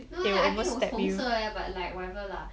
no leh I think it was 红色 eh but like whatever lah